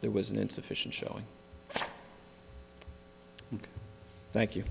there was an insufficient showing thank you